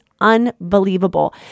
unbelievable